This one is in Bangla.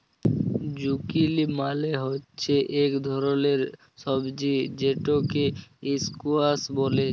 জুকিলি মালে হচ্যে ইক ধরলের সবজি যেটকে ইসকোয়াস ব্যলে